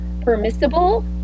permissible